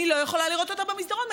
אני לא יכולה לראות אותה במסדרון.